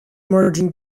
emerging